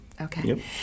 Okay